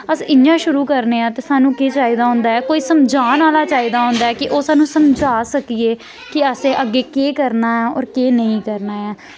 अस इ'यां शुरू करने आं ते सानू केह् चाहिदा होंदा ऐ कोई समझान आह्ला चाहिदा होंदा ऐ कि ओह् सानूं समझा सकियै कि असें अग्गें केह् करना ऐ होर केह् नेईं करना ऐ